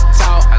talk